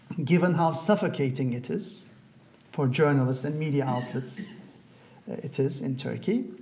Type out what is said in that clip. given how suffocating it is for journalists and media outlets it is in turkey,